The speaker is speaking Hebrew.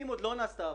אם עוד לא נעשתה עבודה,